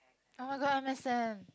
oh-my-god understand